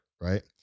Right